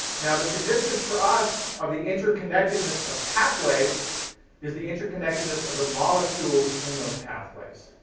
now, the significance for us, of the interconnectedness of pathways is the interconnectedness of the molecules in those pathways.